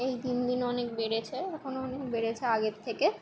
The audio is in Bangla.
এই তিন দিনে অনেক বেড়েছে এখনও অনেক বেড়েছে আগের থেকে